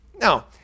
Now